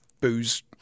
booze